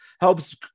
helps